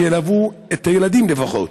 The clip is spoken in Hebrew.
שילוו את הילדים לפחות?